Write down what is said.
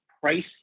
price